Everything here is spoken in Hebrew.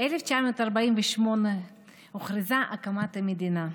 ב-1948 הוכרזה הקמת המדינה,